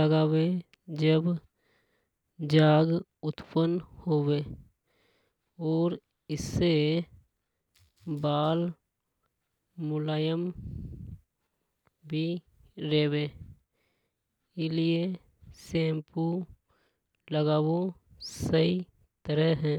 लगावे जब झाग उत्पन्न होवे। और इसे बाल भी मुलायम रेवे ई लिए सैंपु लगाबों सही हे।